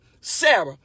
Sarah